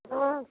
हाँ